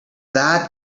that